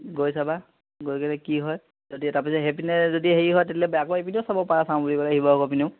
গৈ চাবা গৈ কিনি কি হয় যদি তাৰপিনে সেইপিনে যদি হেৰি হয় তেতিয়াহ'লে এই পিনেও চাব পাৰা চাওঁ বুলি ক'লে শিৱসাগৰ পিনেও